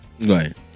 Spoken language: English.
Right